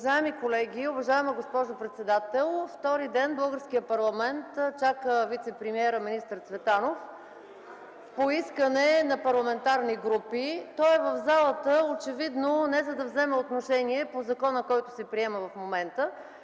(КБ): Уважаеми колеги, уважаема госпожо председател! Втори ден българският парламент чака вицепремиера министър Цветанов по искане на парламентарни групи. Той е в залата, очевидно не за да вземе отношение по закона, който се приема в момента.